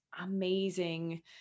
amazing